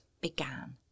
began